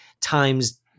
times